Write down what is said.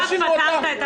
אתה פתרת את הבעיה.